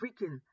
freaking